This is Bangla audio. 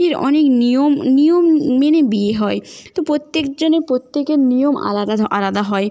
অনেক নিয়ম নিয়ম মেনে বিয়ে হয় তো প্রত্যেক জনই প্রত্যেকের নিয়ম আলাদা আলাদা হয়